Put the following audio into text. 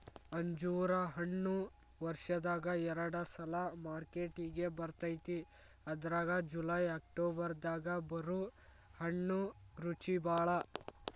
ಅಂಜೂರ ಹಣ್ಣು ವರ್ಷದಾಗ ಎರಡ ಸಲಾ ಮಾರ್ಕೆಟಿಗೆ ಬರ್ತೈತಿ ಅದ್ರಾಗ ಜುಲೈ ಅಕ್ಟೋಬರ್ ದಾಗ ಬರು ಹಣ್ಣು ರುಚಿಬಾಳ